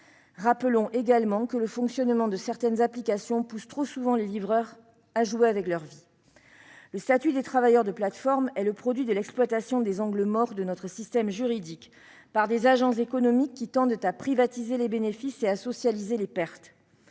Rappelons également que le fonctionnement de certaines applications pousse trop souvent les livreurs à jouer avec leur vie. Le statut des travailleurs de plateforme est le produit de l'exploitation des angles morts de notre système juridique par des agents économiques qui tendent à privatiser les bénéfices et à socialiser les pertes.